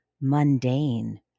mundane